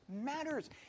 matters